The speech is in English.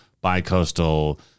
bi-coastal